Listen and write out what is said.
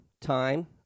time